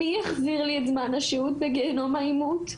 מי יחזיר לי את זמן השהות בגיהינום העימות,